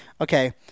okay